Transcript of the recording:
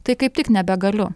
tai kaip tik nebegaliu